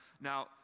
Now